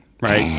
right